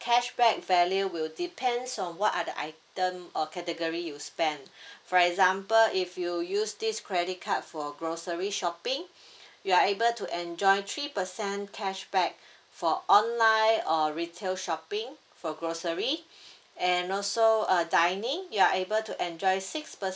cashback value will depends on what are the item or category you spend for example if you use this credit card for grocery shopping you are able to enjoy three percent cashback for online or retail shopping for grocery and also uh dining you are able to enjoy six percent